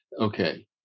Okay